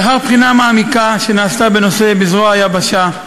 לאחר בחינה מעמיקה שנעשתה בנושא בזרוע היבשה,